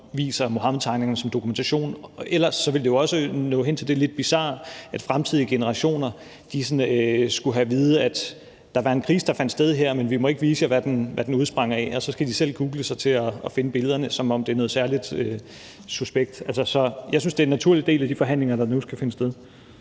viser Muhammedtegningerne som dokumentation. Ellers vil det jo også lede til det lidt bizarre, at fremtidige generationer skal have at vide, at der er en krise, der har fundet sted, men at man ikke må vise, hvad den udsprang af, og så skal de selv google for at finde billederne, som om det er noget særligt suspekt. Så jeg synes, det er en naturlig del af de forhandlinger, der nu skal finde sted.